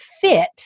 fit